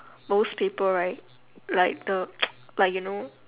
most paper right like the like you know